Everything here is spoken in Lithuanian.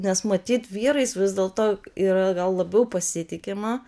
nes matyt vyrais vis dėlto yra gal labiau pasitikima